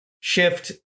shift